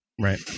Right